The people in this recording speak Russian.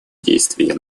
действий